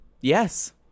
Yes